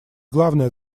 главная